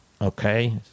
Okay